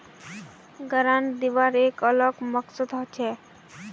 grant दिबार एक अलग मकसदो हछेक